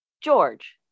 George